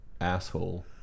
asshole